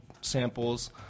samples